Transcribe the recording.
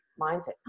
mindset